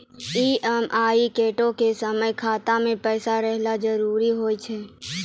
EMI कटै के समय खाता मे पैसा रहना जरुरी होय छै